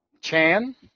Chan